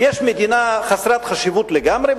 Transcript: יש מדינה חסרת חשיבות לגמרי,